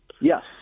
Yes